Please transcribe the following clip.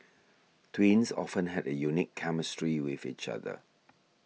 twins often have a unique chemistry with each other